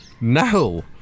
No